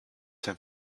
him